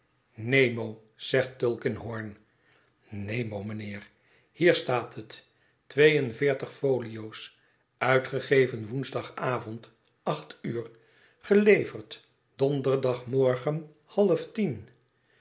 zegt tulkinghorn nemo mijnheer hier staat het twee en veertig folio's uitgegeven woensdagavond acht uur geleverd donderdagmorgen half tien